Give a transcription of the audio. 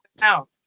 now